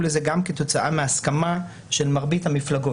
לזה גם כתוצאה מהסכמה של מרבית המפלגות,